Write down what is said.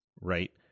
right